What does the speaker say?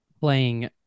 playing